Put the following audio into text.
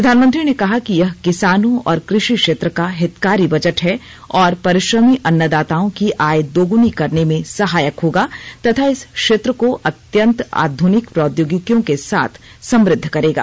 प्रधानमंत्री ने कहा कि यह किसानों और कृषि क्षेत्र का हितकारी बजट है और परिश्रमी अन्नदाताओं की आय दोगुनी करने में सहायक होगा तथा इस क्षेत्र को अत्यंत आधुनिक प्रौद्योगिकियों के साथ समृद्ध करेगा